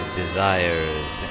desires